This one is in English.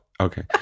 Okay